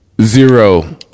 zero